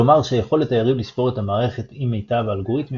כלומר שיכולת היריב לשבור את המערכת עם מיטב האלגוריתמים